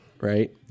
right